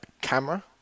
camera